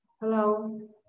Hello